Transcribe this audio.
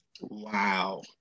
Wow